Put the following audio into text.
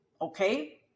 okay